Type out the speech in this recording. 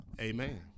Amen